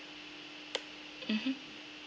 mmhmm